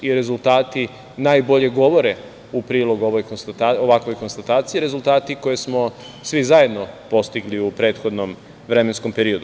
I rezultati najbolje govore u prilog ovakvoj konstataciji, rezultati koje smo svi zajedno postigli u prethodnom vremenskom periodu.